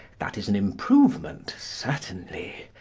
that is an improvement certainly.